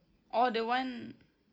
oh the one